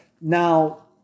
Now